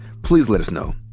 please let us know.